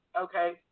okay